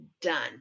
Done